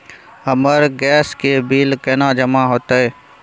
हमर गैस के बिल केना जमा होते?